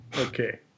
Okay